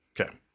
Okay